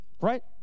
right